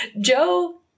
Joe